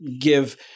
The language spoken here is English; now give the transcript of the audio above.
give